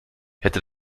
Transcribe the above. hätte